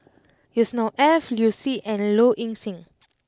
Yusnor Ef Liu Si and Low Ing Sing